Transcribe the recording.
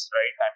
right